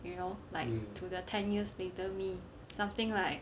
you know like to the ten years later me something like